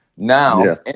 Now